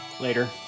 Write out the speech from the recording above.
Later